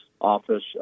office